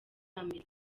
amerika